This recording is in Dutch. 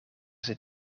zit